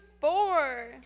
four